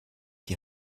die